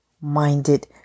minded